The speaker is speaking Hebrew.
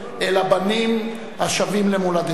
אלא בנים השבים למולדתם,